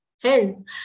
Hence